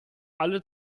alle